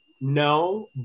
No